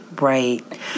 right